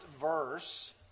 verse